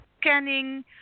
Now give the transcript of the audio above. scanning